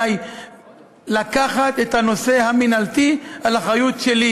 היא לקחת את הנושא המינהלתי לאחריותי.